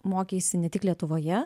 mokeisi ne tik lietuvoje